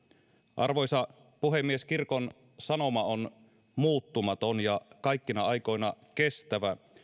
arvoisa puhemies kirkon sanoma on muuttumaton ja kaikkina aikoina kestävä